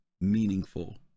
meaningful